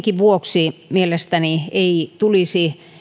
vuoksi mielestäni ei tulisi